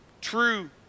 true